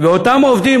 "ואותם עובדים",